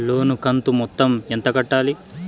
లోను కంతు మొత్తం ఎంత కట్టాలి?